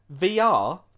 VR